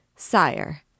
Sire